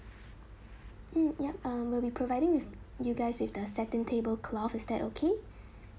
mm yup um will be providing with you guys with the setting table cloth is that okay